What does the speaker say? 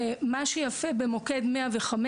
מה שיפה במוקד 105,